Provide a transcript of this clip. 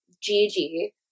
Gigi